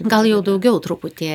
gal jau daugiau truputį